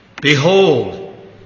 Behold